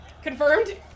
Confirmed